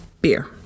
beer